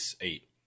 eight